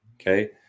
Okay